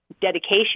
dedication